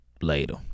Later